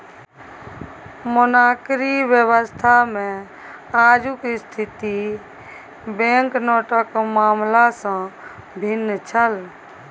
monarchy व्यवस्थामे आजुक स्थिति बैंकनोटक मामला सँ भिन्न छल